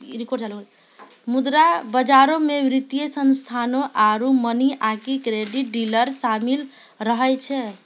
मुद्रा बजारो मे वित्तीय संस्थानो आरु मनी आकि क्रेडिट डीलर शामिल रहै छै